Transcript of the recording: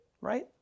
right